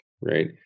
right